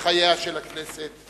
בחייה של הכנסת,